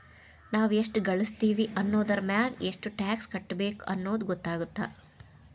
ನಾವ್ ಎಷ್ಟ ಗಳಸ್ತೇವಿ ಅನ್ನೋದರಮ್ಯಾಗ ಎಷ್ಟ್ ಟ್ಯಾಕ್ಸ್ ಕಟ್ಟಬೇಕ್ ಅನ್ನೊದ್ ಗೊತ್ತಾಗತ್ತ